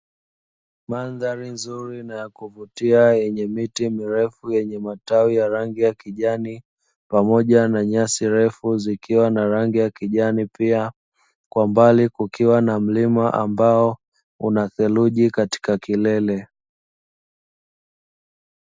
Mandhari nzuri na kuvutia lenye miti mirefu yenye matawi ya rangi ya kijani, pamoja na nyasi refu zikiwa na rangi ya kijani, pia kwa mbali kukiwa na mlima ambao una theluji katika kilele.